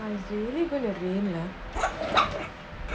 I see really gonna again lah